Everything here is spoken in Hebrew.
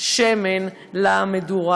שמן למדורה.